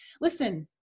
Listen